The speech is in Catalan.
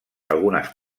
algunes